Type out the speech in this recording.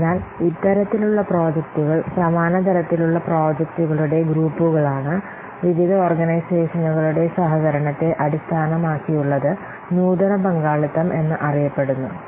അതിനാൽ ഇത്തരത്തിലുള്ള പ്രോജക്ടുകൾ സമാന തരത്തിലുള്ള പ്രോജക്റ്റുകളുടെ ഗ്രൂപ്പുകളാണ് വിവിധ ഓർഗനൈസേഷനുകളുടെ സഹകരണത്തെ അടിസ്ഥാനമാക്കിയുള്ളത് നൂതന പങ്കാളിത്തം എന്നറിയപ്പെടുന്നു